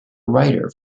writer